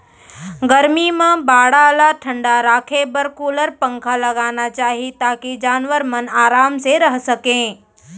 गरमी म बाड़ा ल ठंडा राखे बर कूलर, पंखा लगाना चाही ताकि जानवर मन आराम से रह सकें